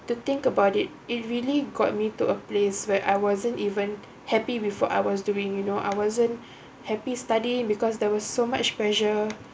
to think about it it really got me to a place where I wasn't even happy with what I was doing you know I wasn't happy studying because there was so much pressure